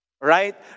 Right